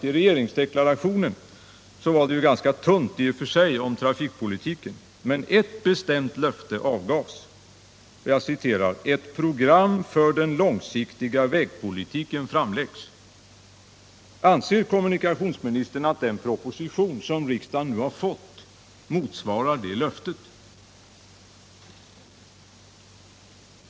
I regeringsdeklarationen skrevs det ganska tunt om trafikpolitiken, men ett bestämt löfte avgavs: Ett program för den långsiktiga vägpolitiken framläggs. Anser kommunikationsministern att den proposition som riksdagen nu har fått motsvarar det löftet?